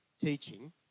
teaching